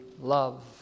love